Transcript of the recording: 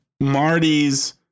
Marty's